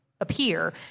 Appear